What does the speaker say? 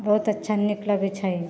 बहुत अच्छा नीक लगै छै